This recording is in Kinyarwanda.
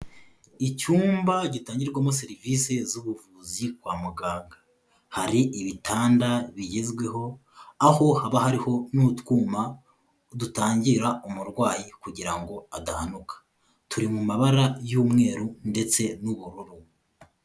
Icyumba gitangirwamo serivise z'ubuvuzi kwa muganga. Hari ibitanda bigezweho aho haba hariho n'utwuma dutangira umurwayi kugira ngo adahanuka. Turi mu mabara y'umweru ndetse n'ubururu.